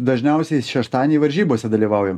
dažniausiai šeštadienį varžybose dalyvaujam